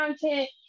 content